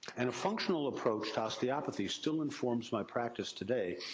and a functional approach to osteopathy still informs my practice today,